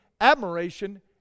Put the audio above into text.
admiration